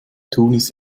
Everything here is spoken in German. tunis